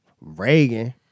Reagan